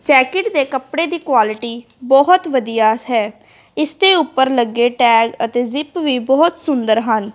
jacket ਦੇ ਕੱਪੜੇ ਦੀ ਕੁਆਲਿਟੀ ਬਹੁਤ ਵਧੀਆ ਹੈ ਇਸ ਦੇ ਉੱਪਰ ਲੱਗੇ ਟੈਗ ਅਤੇ ਜ਼ਿਪ ਵੀ ਬਹੁਤ ਸੁੰਦਰ ਹਨ